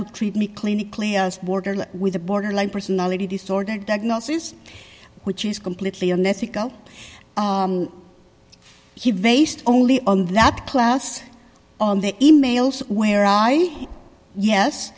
to treat me clinically as border with a borderline personality disorder diagnosis which is completely unethical he based only on that class on the e mails where i yes